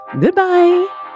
Goodbye